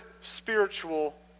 spiritual